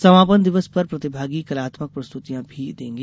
समापन दिवस पर प्रतिभागी कलात्मक प्रस्तुतियाँ भी देंगे